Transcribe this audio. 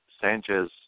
Sanchez